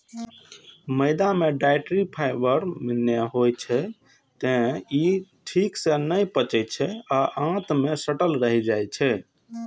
मैदा मे dietary fibre नै होइ छै, तें ई ठीक सं नै पचै छै आ आंत मे सटल रहि जाइ छै